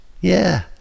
Yeah